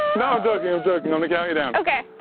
no i'm joking, i'm joking, i'ma count you down. okay.